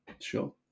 Sure